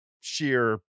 sheer